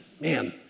man